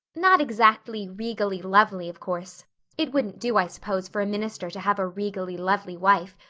not exactly regally lovely, of course it wouldn't do, i suppose, for a minister to have a regally lovely wife,